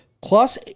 Plus